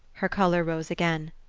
her colour rose again.